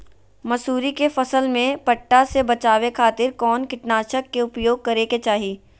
मसूरी के फसल में पट्टा से बचावे खातिर कौन कीटनाशक के उपयोग करे के चाही?